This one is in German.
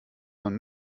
man